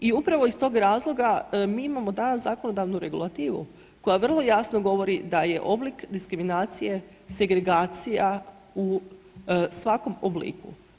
I upravo iz tog razloga mi imamo da zakonodavnu regulativu koja vrlo jasno govori da je oblik diskriminacije, segregacija u svakom obliku.